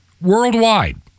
worldwide